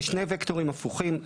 זה שני וקטורים הפוכים.